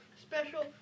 special